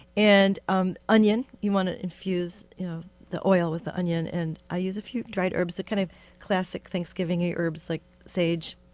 and um onion, you want to infuse you know the oil with the onion. and i use a few dried herbs, the kind of classic thanksgivingy herbs like sage,